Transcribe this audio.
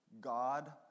God